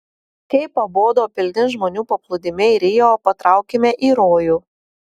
kai pabodo pilni žmonių paplūdimiai rio patraukėme į rojų